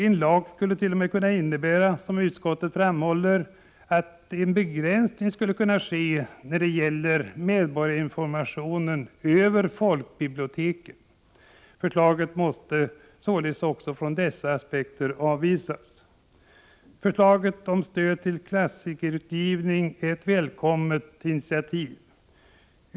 En lag skulle t.o.m. kunna innebära, som utskottet framhåller, en begränsning när det gäller medborgarinformationen via folkbiblioteken. Förslaget måste således också från dessa aspekter avvisas. Förslaget om stöd till klassikerutgivning är ett välkommet initiativ.